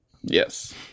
Yes